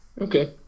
Okay